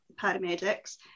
paramedics